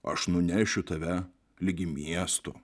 aš nunešiu tave ligi miesto